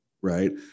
right